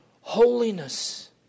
holiness